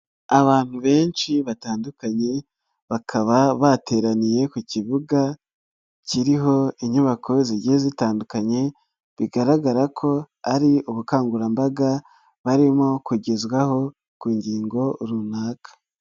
Abantu benshi batandukanye, bakaba bateraniye ku kibuga kiriho inyubako zigiye zitandukanye, bigaragara ko ari ubukangurambaga barimo kugezwaho ku ngingo runaka.